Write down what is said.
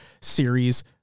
series